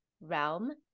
realm